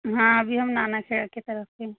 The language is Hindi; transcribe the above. हाँ अभी हम नानाखेड़ा के तरफ़ हैं